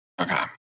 Okay